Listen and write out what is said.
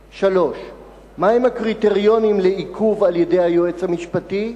3. מה הם הקריטריונים לעיכוב על-ידי היועץ המשפטי?